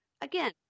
Again